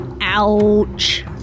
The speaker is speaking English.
Ouch